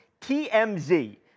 TMZ